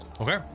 Okay